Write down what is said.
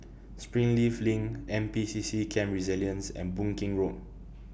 Springleaf LINK N P C C Camp Resilience and Boon Keng Road